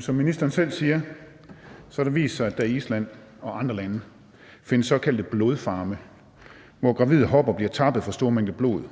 Som ministeren selv siger, har det vist sig, at der i Island og andre lande findes såkaldte blodfarme, hvor gravide hopper bliver tappet for store mængder blod,